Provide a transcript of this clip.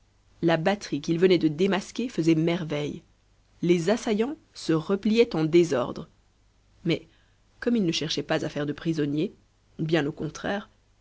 la batterie qu'il venait de démasquer faisait merveille les assaillants se repliaient en désordre mais comme il ne cherchait pas à faire de prisonniers bien au contraire